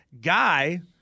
Guy